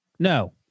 No